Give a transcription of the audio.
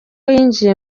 yinjiye